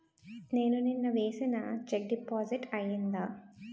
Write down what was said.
నేను నిన్న వేసిన చెక్ డిపాజిట్ అయిందా?